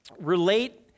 relate